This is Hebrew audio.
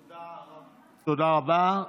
תודה רבה.